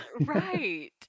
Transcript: Right